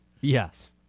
Yes